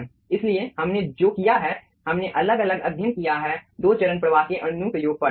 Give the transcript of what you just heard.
इसलिए हमने जो किया है हमने अलग अलग अध्ययन किया है दो चरण प्रवाह के अनुप्रयोग पर